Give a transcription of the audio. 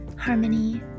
harmony